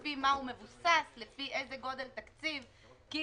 לפי מה הוא מבוסס, לפי איזה גודל תקציב, כי